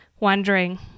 wondering